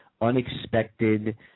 unexpected